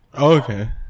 okay